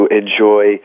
enjoy